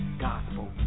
Gospel